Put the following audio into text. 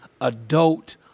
adult